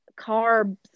carbs